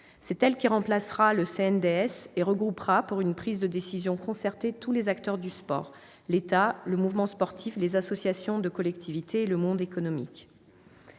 Elle remplacera le CNDS et regroupera, pour une prise de décision concertée, tous les acteurs du sport : l'État, le mouvement sportif, les associations de collectivités et le monde économique.